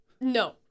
No